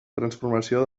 transformació